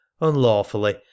unlawfully